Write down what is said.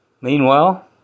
Meanwhile